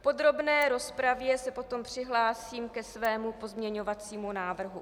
V podrobné rozpravě se potom přihlásím ke svému pozměňovacímu návrhu.